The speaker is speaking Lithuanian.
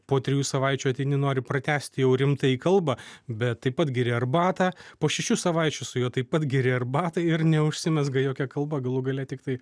po trijų savaičių ateini nori pratęsti jau rimtai kalba bet taip pat geri arbatą po šešių savaičių su juo taip pat geri arbatą ir neužsimezga jokia kalba galų gale tiktai